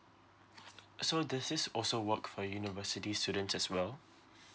so does this also work for university students as well